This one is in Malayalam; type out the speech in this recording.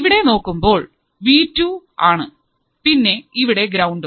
ഇവിടെ നോക്കുമ്പോൾ വി ടു ആണ് പിന്നെ ഇവിടെ ഗ്രൌണ്ടും